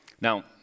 Now